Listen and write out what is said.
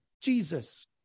Jesus